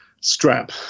Strap